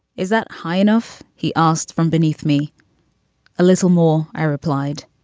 is that high enough? he asked from beneath me a little more, i replied.